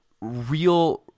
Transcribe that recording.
real –